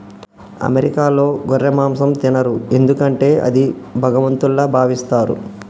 అమెరికాలో గొర్రె మాంసం తినరు ఎందుకంటే అది భగవంతుల్లా భావిస్తారు